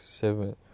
seven